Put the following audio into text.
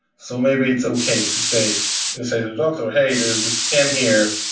so maybe it's okay to say say to the doctor, hey, there is this scan here,